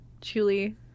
Julie